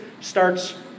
starts